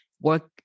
work